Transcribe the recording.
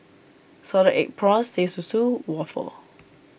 Salted Egg Prawns Teh Susu Waffle